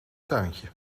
tuintje